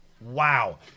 Wow